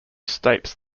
states